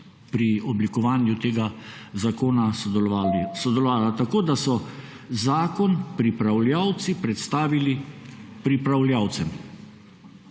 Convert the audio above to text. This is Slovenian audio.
pri oblikovanju tega zakona sodelovala tako, da so zakon pripravljavci predstavili pripravljavcem.